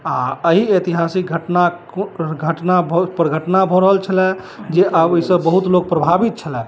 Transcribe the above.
आ अहि ऐतिहासिक घटना घटना घटना भऽ रहल छलए जे आब ओहिसँ बहुत लोक प्रभावित छलए